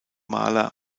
maler